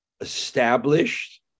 established